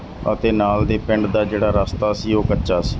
ਅਤੇ ਨਾਲ ਦੇ ਪਿੰਡ ਦਾ ਜਿਹੜਾ ਰਸਤਾ ਸੀ ਉਹ ਕੱਚਾ ਸੀ